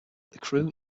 crew